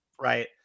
Right